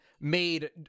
made